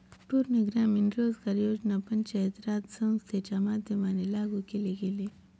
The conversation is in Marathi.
पूर्ण ग्रामीण रोजगार योजना पंचायत राज संस्थांच्या माध्यमाने लागू केले गेले